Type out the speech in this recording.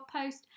post